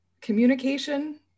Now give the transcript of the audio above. communication